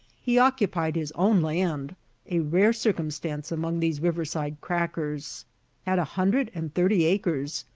he occupied his own land a rare circumstance among these riverside crackers had a hundred and thirty acres,